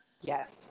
yes